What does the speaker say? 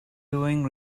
doing